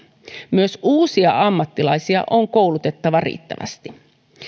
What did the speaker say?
myös uusia ammattilaisia on koulutettava riittävästi